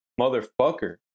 motherfucker